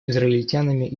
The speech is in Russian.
израильтянами